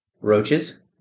roaches